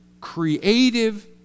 creative